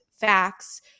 facts